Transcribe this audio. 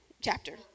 chapter